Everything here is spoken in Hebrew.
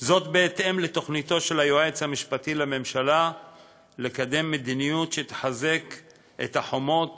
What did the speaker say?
בהתאם לתוכניתו של היועץ המשפטי לממשלה לקדם מדיניות שתחזק את החומות